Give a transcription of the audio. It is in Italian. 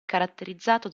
caratterizzato